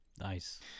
Nice